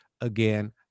again